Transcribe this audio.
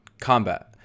combat